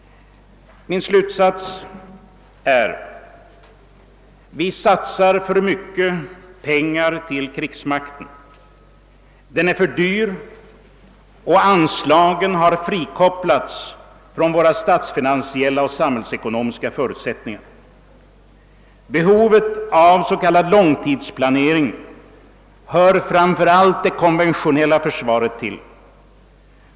Min slutsats är att vi satsar för mycket pengar på krigsmakten. Den är för dyr, och anslagen har frikopplats från våra statsfinansiella och samhällsekonomiska förutsättningar. Behovet av s.k. långtidsplanering hör framför allt det konventionella försvaret till.